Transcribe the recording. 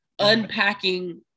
unpacking